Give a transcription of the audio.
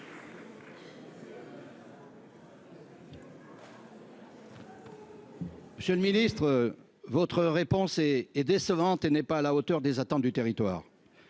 Monsieur le Ministre, votre réponse est est décevante et n'est pas à la hauteur des attentes du territoire